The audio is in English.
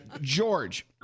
George